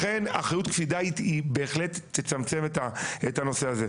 לכן אחריות קפידה היא בהחלט תצמצמם את הנושא הזה.